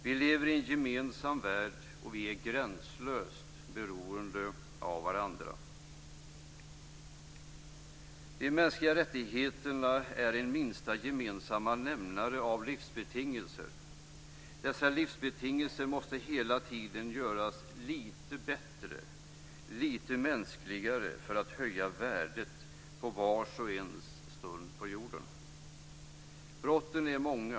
Vi lever i en gemensam värld, och vi är gränslöst beroende av varandra. De mänskliga rättigheterna är en minsta gemensamma nämnare när det gäller livsbetingelser. Dessa livsbetingelser måste hela tiden göras lite bättre, lite mänskligare, för att höja värdet för vars och ens stund på jorden. Brotten är många.